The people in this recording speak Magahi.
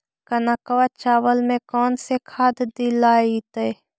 कनकवा चावल में कौन से खाद दिलाइतै?